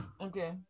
okay